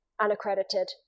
unaccredited